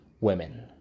women